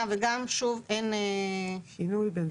וגם, שוב, אין שינוי.